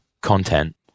content